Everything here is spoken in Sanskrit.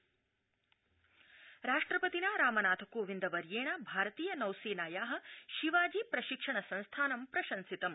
राष्ट्रपति राष्ट्रपतिना रामनाथकोविन्द वर्येणाद्य भारतीय नौ सेनाया शिवाजी प्रशिक्षण संस्थानं प्रशंसितम्